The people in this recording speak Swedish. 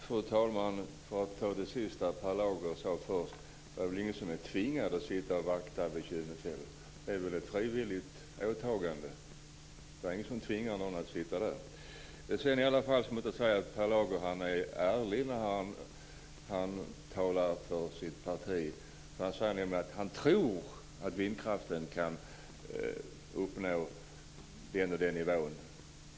Fru talman! För att ta det sista som Per Lager sade först: Det är väl ingen som är tvingad att sitta och vakta vid Kynnefjäll. Det är ett frivilligt åtagande. Jag får vidare säga att Per Lager i alla fall är ärlig när han talar för sitt parti. Han sade nämligen att han tror att vindkraften kan uppnå en viss nivå.